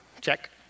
Check